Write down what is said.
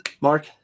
Mark